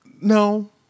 no